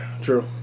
true